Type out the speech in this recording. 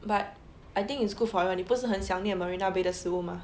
but I think it's good for you 你不是很想念 marina bay 的食物 mah